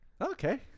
Okay